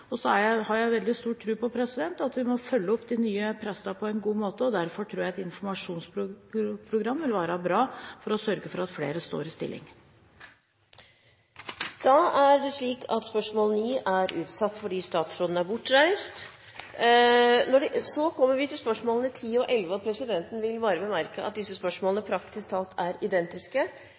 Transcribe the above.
Så har jeg veldig stor tro på at vi må følge opp de nye prestene på en god måte. Derfor tror jeg et informasjonsprogram vil være bra for å sørge for at flere står i stilling. Dette spørsmålet er utsatt. Så kommer vi til spørsmålene 10 og 11, og presidenten vil bare bemerke at disse spørsmålene er praktisk talt identiske.